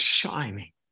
shining